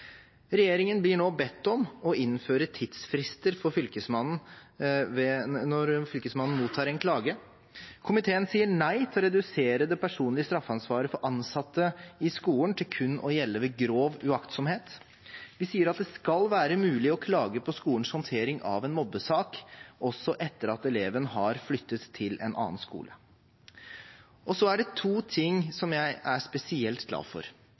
Regjeringen blir nå bedt om å innføre tidsfrister for Fylkesmannen når Fylkesmannen mottar en klage. Komiteen sier nei til å redusere det personlige straffeansvaret for ansatte i skolen til kun å gjelde ved grov uaktsomhet. Den sier at det skal være mulig å klage på skolens håndtering av en mobbesak også etter at eleven har flyttet til en annen skole. Det er to ting jeg er spesielt glad for.